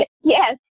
Yes